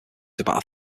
about